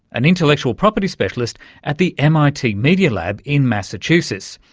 an intellectual property specialist at the mit media lab in massachusetts,